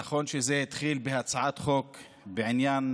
נכון שזה התחיל בהצעת חוק בעניין